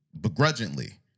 begrudgingly